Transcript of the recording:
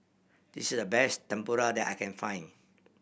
this is the best Tempura that I can find